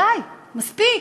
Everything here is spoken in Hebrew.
די, מספיק.